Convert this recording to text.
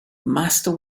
master